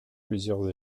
plusieurs